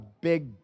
big